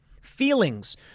Feelings